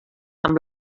amb